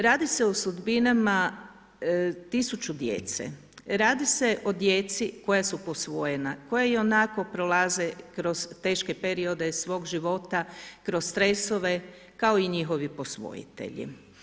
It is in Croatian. Radi se o sudbinama 1000 djece, radi se o djeci koja su posvojena, koja ionako prolaze kroz teške periode svog života, kroz stresove, kao i njihovi posvojitelji.